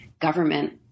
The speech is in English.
government